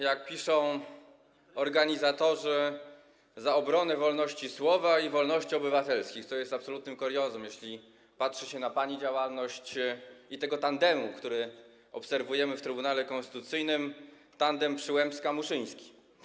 jak piszą organizatorzy, za obronę wolności słowa i wolności obywatelskich, co jest absolutnym kuriozum, jeśli patrzy się na działalność pani i tego tandemu, który obserwujemy w Trybunale Konstytucyjnym, tandemu Przyłębska - Muszyński.